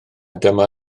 dyma